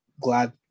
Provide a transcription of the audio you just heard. glad